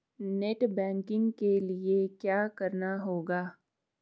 Net banking के लिए क्या करना होगा?